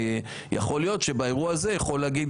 יכול להיות שבאירוע הזה יש עתיד יכול להגיד,